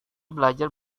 belajar